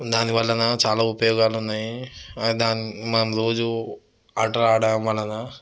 దానివల్లన చాలా ఉపయోగాలు ఉన్నాయి దాని మనం రోజూ ఆటలు ఆడడం వలన